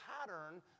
pattern